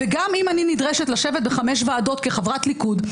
וגם אם אני נדרשת לשבת בחמש ועדות כחברת ליכוד,